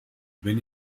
wenn